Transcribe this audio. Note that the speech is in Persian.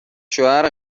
شوهر